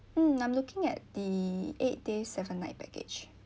mm I'm looking at the eight days seven night package